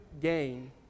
gain